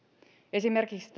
esimerkiksi